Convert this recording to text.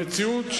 המציאות,